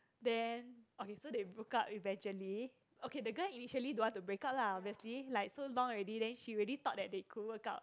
then okay so they broke up eventually okay the girl initially don't want to break up lah obviously like so long already then she already thought that they could work out